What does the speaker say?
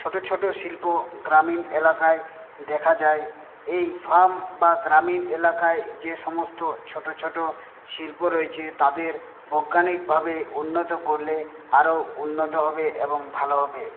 ছোট ছোট শিল্প গ্রামীণ এলাকায় দেখা যায় এই ফার্ম বা গ্রামীণ এলাকায় যে সমস্ত ছোট ছোট শিল্প রয়েছে তাদের বৈজ্ঞানিক ভাবে উন্নত করলে আরও উন্নত হবে এবং ভালো হবে